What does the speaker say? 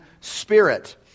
spirit